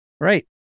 right